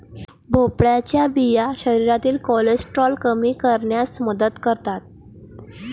भोपळ्याच्या बिया शरीरातील कोलेस्टेरॉल कमी करण्यास मदत करतात